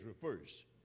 first